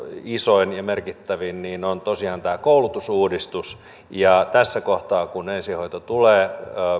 isoin ja merkittävin on tosiaan tämä koulutusuudistus tässä kohtaa kun ensihoito tulee